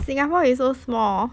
singapore is so small